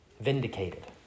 vindicated